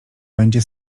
będzie